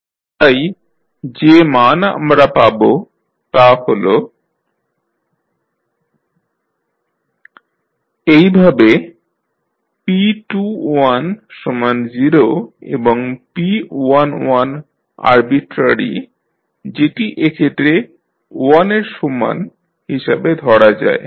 iI Api0 তাই যে মান আমরা পাব তা' হল 0 1 0 2 p11 p21 0 0 এইভাবে p210 এবং p11আরবিট্রারি যেটি এক্ষেত্রে 1 এর সমান হিসাবে স্থির ধরা যায়